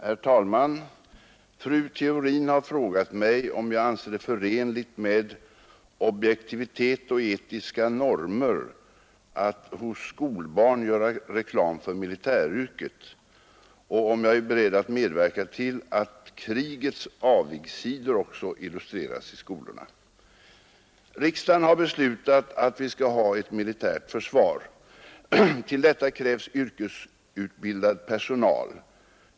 Herr talman! Fru Theorin har frågat mig om jag anser det förenligt med objektivitet och etiska normer att hos skolbarn göra reklam för militäryrket och om jag är beredd att medverka till att krigets avigsidor också illustreras i skolorna, Riksdagen har beslutat att vi skall ha ett militärt försvar. Till detta krävs yrkesutbildad personal.